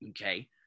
okay